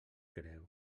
greu